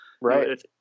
Right